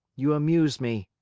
you amuse me,